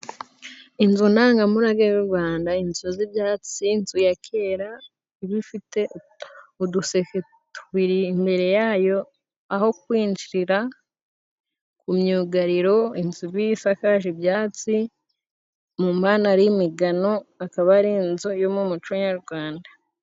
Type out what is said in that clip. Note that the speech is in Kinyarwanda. Inzu ndangamurage y'u Rwanda, inzu z'ibyatsi, inzu ya kera, iba ifite uduseke tubiri imbere yayo aho kwinjirira, ku myugariro inzu isakaje ibyatsi, mu mana ari imigano akaba ari inzu iri mu umuco nyarwanda.